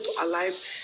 alive